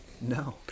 No